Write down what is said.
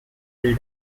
free